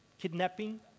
kidnapping